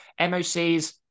MOCs